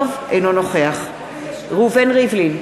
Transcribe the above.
אינו נוכח ראובן ריבלין,